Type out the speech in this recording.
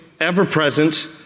ever-present